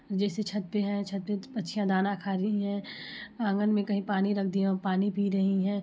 जैसे छत पर हैं छत पर पक्षियां दाना खा रही हैं आंगन में कहीं पानी रख दिये हम पानी पी रही हैं